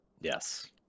yes